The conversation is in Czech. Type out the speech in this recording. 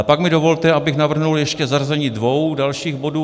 Pak mi dovolte, abych navrhl ještě zařazení dvou dalších bodů.